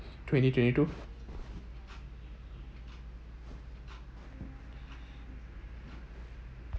twenty twenty two